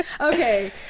Okay